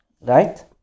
Right